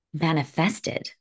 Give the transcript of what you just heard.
manifested